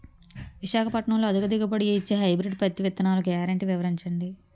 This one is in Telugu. విశాఖపట్నంలో అధిక దిగుబడి ఇచ్చే హైబ్రిడ్ పత్తి విత్తనాలు గ్యారంటీ వివరించండి?